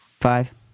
five